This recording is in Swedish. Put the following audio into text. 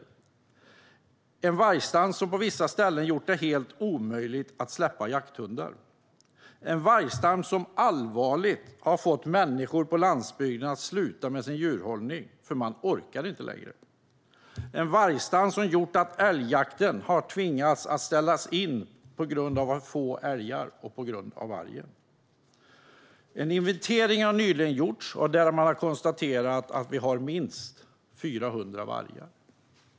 Det är en vargstam som på vissa ställen har gjort det helt omöjligt att släppa jakthundar, som allvarligt har fått människor på landsbygden att sluta med sin djurhållning för att de inte orkar längre och som har gjort att älgjakten tvingats ställas in för att det är för få älgar på grund av vargen. En inventering har nyligen gjorts där man konstaterade att vi har minst 400 vargar.